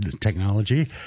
technology